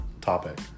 topic